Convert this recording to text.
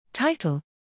Title